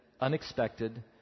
unexpected